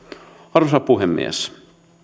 arvoisa puhemies